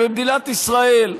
במדינת ישראל,